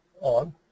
on